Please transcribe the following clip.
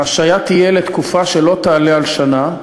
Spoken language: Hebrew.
ההשעיה תהיה לתקופה שלא תעלה על שנה,